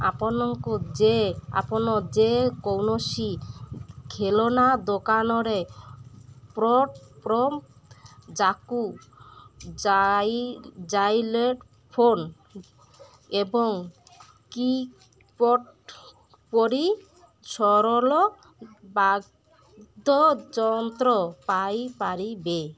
ଆପଣଙ୍କୁ ଯେ ଆପଣ ଯେକୌଣସି ଖେଳନା ଦୋକାନରେ ଜାଇଲେଫୋନ୍ ଏବଂ କିବୋର୍ଡ଼ ପରି ସରଲ ବାଦଯନ୍ତ୍ର ପାଇପାରିବେ